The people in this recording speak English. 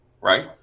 Right